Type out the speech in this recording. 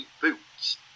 boots